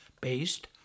based